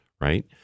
right